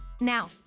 Now